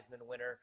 winner